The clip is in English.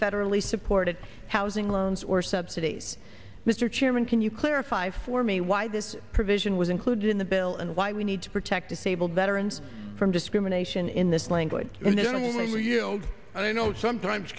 federally supported housing loans or subsidies mr chairman can you clarify for me why this provision was included in the bill and why we need to protect disabled veterans from discrimination in this language literally yield and i know sometimes